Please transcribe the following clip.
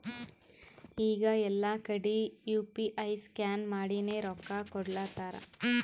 ಈಗ ಎಲ್ಲಾ ಕಡಿ ಯು ಪಿ ಐ ಸ್ಕ್ಯಾನ್ ಮಾಡಿನೇ ರೊಕ್ಕಾ ಕೊಡ್ಲಾತಾರ್